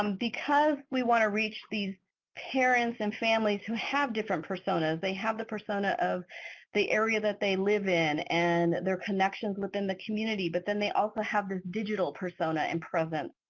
um because we want to reach these parents and families who have different personas, they have the persona of the area that they live in and their connections within the community but then they also have this digital persona and presence.